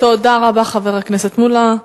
תודה רבה, חבר הכנסת מולה.